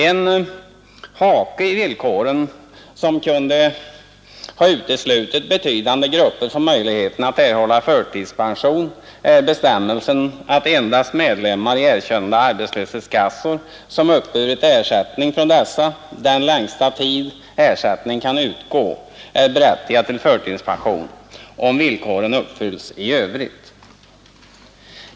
En hake i villkoren som kunde ha uteslutit betydande grupper från möjligheten att erhålla förtidspension är bestämmelsen i propositionsförslaget att medlemmar i erkända arbetslöshetskassor som uppburit ersättning från dessa den längsta tid ersättning kan utgå är berättigade till förtidspension, om villkoren uppfylls i övrigt.